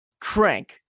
Crank